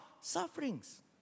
sufferings